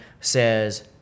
says